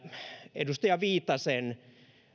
edustaja viitasen